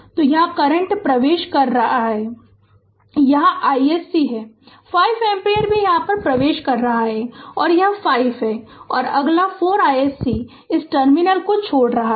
तो यहाँ करंट प्रवेश कर रहा है यह iSC है 5 एम्पीयर भी यहां प्रवेश कर रहा है यह 5 है और अगला 4 iSC इस टर्मिनल को छोड़ रहा है